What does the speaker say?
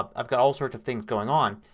ah i've got all sorts of things going on.